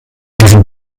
diesem